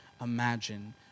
imagine